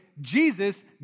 Jesus